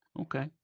okay